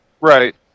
Right